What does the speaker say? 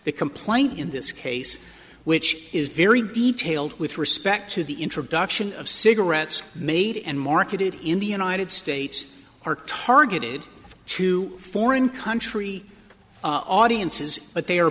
the complaint in this case which is very detailed with respect to the introduction of cigarettes made and marketed in the united states are targeted to foreign country audiences but they are